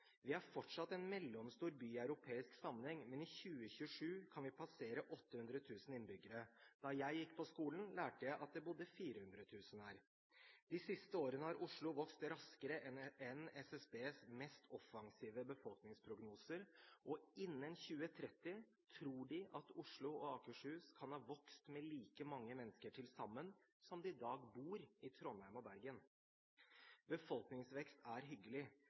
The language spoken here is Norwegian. Vi er fortsatt en mellomstor by i europeisk sammenheng, men i 2027 kan vi passere 800 000 innbyggere. Da jeg gikk på skolen, lærte jeg at det bodde 400 000 her. De siste årene har Oslo vokst raskere enn SSBs mest offensive befolkningsprognoser, og innen 2030 tror de at Oslo og Akershus kan ha vokst med like mange mennesker som det i dag bor i Trondheim og Bergen til sammen. Befolkningsvekst er hyggelig.